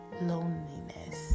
loneliness